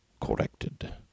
corrected